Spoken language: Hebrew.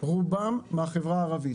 רובם מהחברה הערבית.